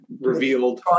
Revealed